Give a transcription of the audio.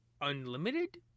unlimited